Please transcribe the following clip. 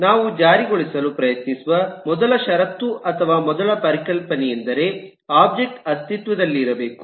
ನಾವು ಜಾರಿಗೊಳಿಸಲು ಪ್ರಯತ್ನಿಸುವ ಮೊದಲ ಷರತ್ತು ಅಥವಾ ಮೊದಲ ಪರಿಕಲ್ಪನೆಯೆಂದರೆ ಒಬ್ಜೆಕ್ಟ್ ಅಸ್ತಿತ್ವದಲ್ಲಿರಬೇಕು